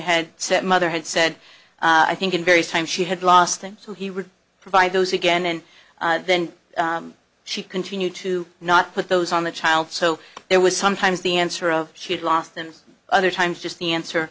had said mother had said i think in various times she had lost him so he would provide those again and then she continued to not put those on the child so there was sometimes the answer of she'd lost them other times just the answer